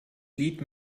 lied